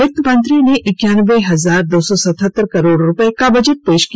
वित्त मंत्री ने इक्यानबे हजार दो सौ सत्तहतर करोड़ रुपये के बजट पेश किया